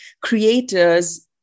creators